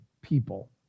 people